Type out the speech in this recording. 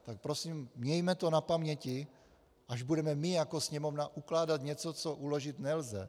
Tak prosím, mějme to na paměti, až budeme my jako Sněmovna ukládat něco, co uložit nelze.